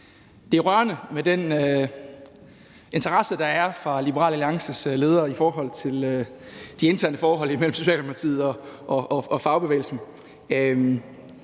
Det er rørende med den interesse, der er fra Liberal Alliances leder, for de interne forhold imellem Socialdemokratiet og fagbevægelsen.